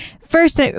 first